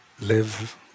live